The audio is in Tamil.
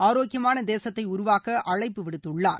ஆரோக்கியமான தேசத்தை உருவாக்கவும் அழைப்பு விடுத்துள்ளார்